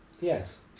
Yes